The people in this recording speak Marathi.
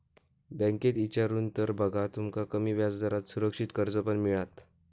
बँकेत इचारून तर बघा, तुमका कमी व्याजदरात सुरक्षित कर्ज पण मिळात